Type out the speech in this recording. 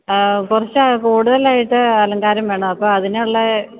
അ കുറച്ച് കൂടുതലായിട്ട് അലങ്കാരം വേണം അപ്പോൾ അതിനുള്ള